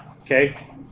Okay